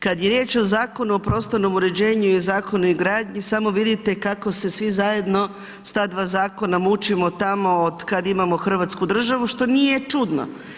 Kada je riječ o Zakonu o prostornom uređenju i Zakona o gradnji, samo vidite kako se svi zajedno s ta dva zakona mučimo tamo od kada imamo Hrvatsku državu, što nije čutno.